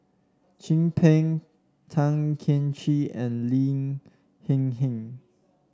Chin Peng Tan Cheng Kee and Lin Hsin Hsin